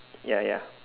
ya ya